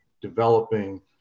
developing